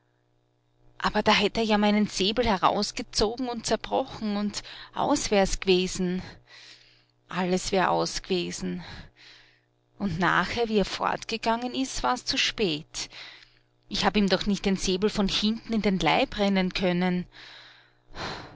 aber da hätt er ja meinen säbel herausgezogen und zerbrochen und aus wär's gewesen alles wär aus gewesen und nachher wie er fortgegangen ist war's zu spät ich hab ihm doch nicht den säbel von hinten in den leib rennen können